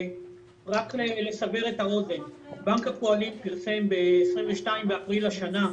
רק לסבר את האוזן בנק הפועלים פרסם ב-22 באפריל השנה,